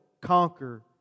conquer